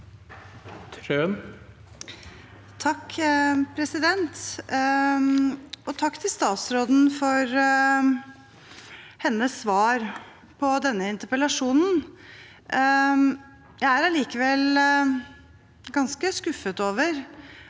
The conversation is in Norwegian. (H) Takk til statsråden for hennes svar på denne interpellasjonen. Jeg er allikevel ganske skuffet over